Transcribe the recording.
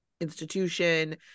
institution